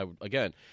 Again